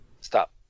stop